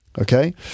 okay